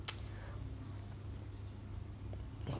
ya